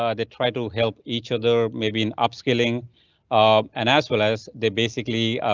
ah they try to help each other, maybe an upscaling um and as well as they basically